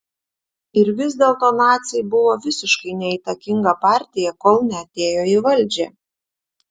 ir vis dėlto naciai buvo visiškai neįtakinga partija kol neatėjo į valdžią